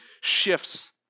shifts